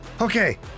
Okay